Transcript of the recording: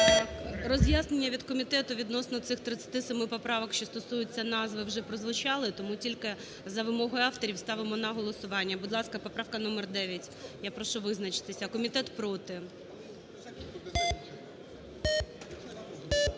Роз'яснення від комітету відносно цих 37 поправок, що стосуються назви вже прозвучали, тому тільки за вимогою авторів ставимо на голосування. Будь ласка, поправка номер 9, я прошу визначитись, комітет проти.